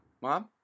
Mom